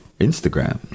Instagram